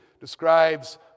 describes